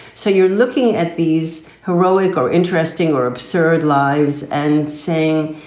so you're looking at these heroic or interesting or absurd lives and saying,